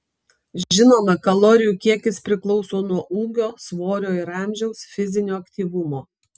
žinoma kalorijų kiekis priklauso nuo ūgio svorio ir amžiaus fizinio aktyvumo